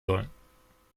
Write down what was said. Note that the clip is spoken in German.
sollen